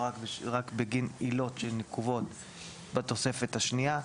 רק בגין עילות שנקובות בתוספת השנייה.